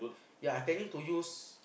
yea I planning to use